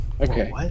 Okay